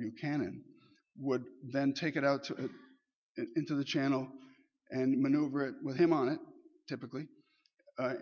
you can and would then take it out into the channel and maneuver it with him on it typically